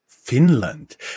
Finland